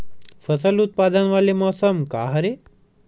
फसल उत्पादन वाले मौसम का हरे?